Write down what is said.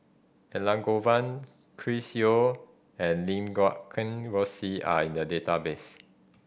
Elangovan Chris Yeo and Lim Guat Kheng Rosie are in the database